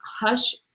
hush